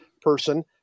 person